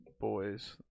boys